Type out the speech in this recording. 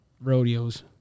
rodeos